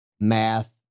math